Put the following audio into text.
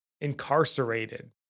incarcerated